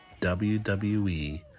WWE